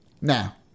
Now